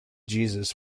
jesus